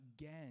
again